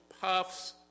puffs